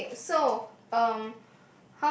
okay so um